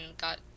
got